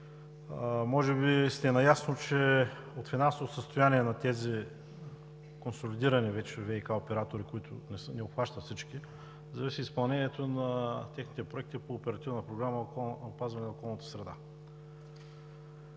Може би сте наясно, че от финансовото състояние на тези консолидирани вече ВиК оператори, които не обхващат всички, зависи изпълнението на техните проекти по Оперативна програма „Опазване на околната среда“.